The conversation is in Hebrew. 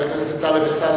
חבר הכנסת טלב אלסאנע,